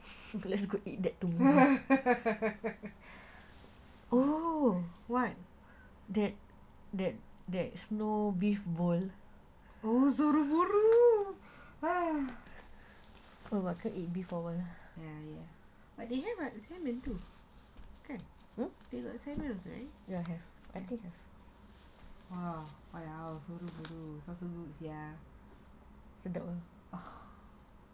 oh what but they have wha] they got set meals right